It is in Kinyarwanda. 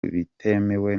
bitemewe